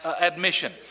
admission